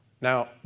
Now